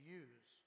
use